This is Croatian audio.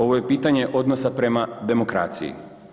Ovo je pitanje odnosa prema demokraciji.